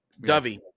dovey